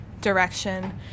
direction